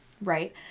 Right